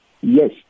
yes